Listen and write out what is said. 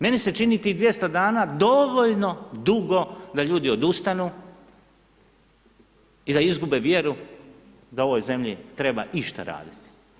Meni se čini tih 200 dana dovoljno dugo da ljudi odustanu i da izgube vjeru da u ovoj zemlji treba išta raditi.